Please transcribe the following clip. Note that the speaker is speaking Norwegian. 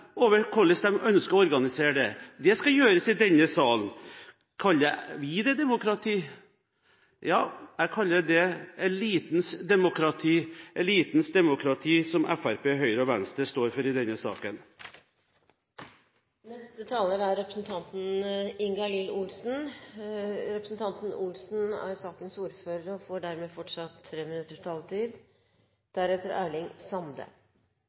hvordan de ønsker å organisere det. Det skal gjøres i denne salen. Kaller vi det demokrati? Ja, jeg kaller det elitens demokrati – elitens demokrati, som Fremskrittspartiet, Høyre og Venstre står for i denne saken. Jeg vil kommentere noe av det Høyres representant Tetzschner tok opp. Han sa at det var stor mistillit mellom stat og